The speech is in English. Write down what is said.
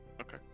Okay